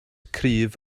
cryf